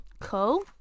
cool